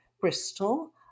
Bristol